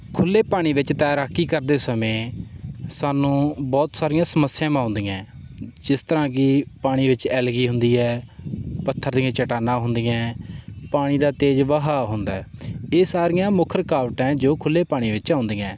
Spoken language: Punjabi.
ਖੁੱਲ੍ਹੇ ਪਾਣੀ ਵਿੱਚ ਤੈਰਾਕੀ ਕਰਦੇ ਸਮੇਂ ਸਾਨੂੰ ਬਹੁਤ ਸਾਰੀਆਂ ਸਮੱਸਿਆਵਾਂ ਆਉਂਦੀਆਂ ਹੈ ਜਿਸ ਤਰ੍ਹਾਂ ਕਿ ਪਾਣੀ ਵਿੱਚ ਐਲਗੀ ਹੁੰਦੀ ਹੈ ਪੱਥਰ ਦੀਆਂ ਚਟਾਨਾਂ ਹੁੰਦੀਆਂ ਪਾਣੀ ਦਾ ਤੇਜ ਵਹਾਅ ਹੁੰਦਾ ਇਹ ਸਾਰੀਆਂ ਮੁੱਖ ਰੁਕਾਵਟਾਂ ਹੈ ਜੋ ਖੁੱਲ੍ਹੇ ਪਾਣੀ ਵਿੱਚ ਆਉਂਦੀਆਂ